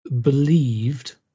believed